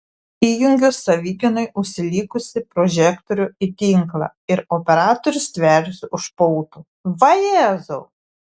įjungiu savigynai užsilikusį prožektorių į tinklą ir operatorius stveriasi už pautų vajezau